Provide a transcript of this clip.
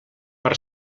per